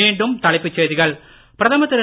மீண்டும் தலைப்புச் செய்திகள் பிரதமர் திரு